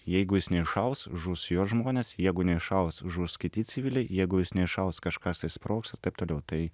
jeigu jis neiššaus žus jo žmonės jeigu neiššaus žus kiti civiliai jeigu jis neiššaus kažkas tai sprogs ir taip toliau tai